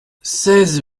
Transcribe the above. seize